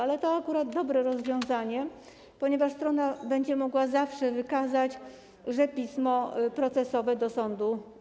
Ale to akurat dobre rozwiązanie, ponieważ strona będzie mogła zawsze wykazać, że złożyła pismo procesowe do sądu.